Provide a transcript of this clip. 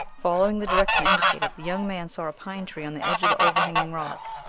following the direction indicated, the young man saw a pine-tree on the edge of the overhanging rock,